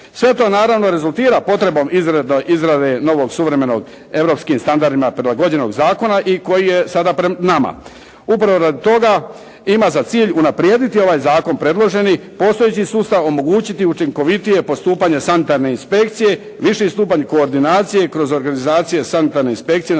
Sve to naravno rezultira potrebom izrade novog suvremenog europskim standardima prilagođenog zakona i koji je sada pred nama. Upravo radi toga ima za cilj unaprijediti ovaj zakon predloženi, postojeći sustav, omogućiti učinkovitije postupanje sanitarne inspekcije, viši stupanj koordinacije i kroz organizacije sanitarne inspekcije na